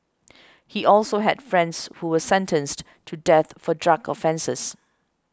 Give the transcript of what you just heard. he also had friends who were sentenced to death for drug offences